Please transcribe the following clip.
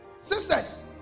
Sisters